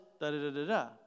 da-da-da-da-da